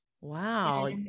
wow